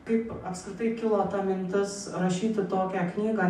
kaip apskritai kilo ta mintis rašyti tokią knygą